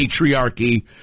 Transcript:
patriarchy